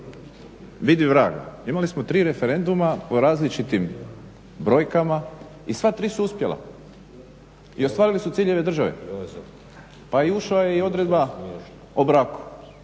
vidi vraga imali smo tri referenduma o različitim brojkama i sva tri su uspjela i ostvarili su ciljeve države. Pa ušla je i odredba o braku.